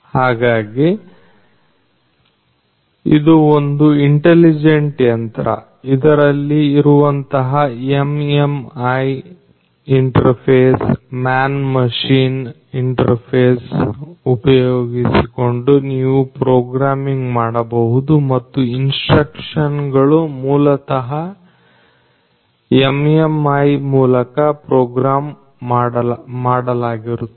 ಹಾಗಾಗಿ ಇದು ಒಂದು ಇಂಟಲಿಜೆಂಟ್ ಯಂತ್ರ ಇದರಲ್ಲಿ ಇರುವಂತಹ MMI interface man machine interface ಉಪಯೋಗಿಸಿಕೊಂಡು ನೀವು ಪ್ರೋಗ್ರಾಮಿಂಗ್ ಮಾಡಬಹುದು ಮತ್ತು ಇನ್ಸ್ಟ್ರಕ್ಷನ್ ಗಳು ಮೂಲತಃ MMI ಮೂಲಕ ಪ್ರೋಗ್ರಾಮ್ ಮಾಡಲಾಗಿರುತ್ತದೆ